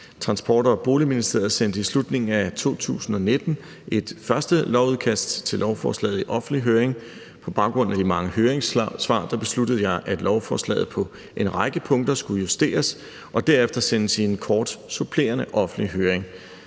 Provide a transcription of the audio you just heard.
Transport- og Boligministeriet sendte i slutningen af 2019 et første lovudkast til lovforslaget i offentlig høring, og på baggrund af de mange høringssvar besluttede jeg, at lovforslaget på en række punkter skulle justeres og derefter sendes i en kort supplerende offentlig høring.